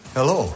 Hello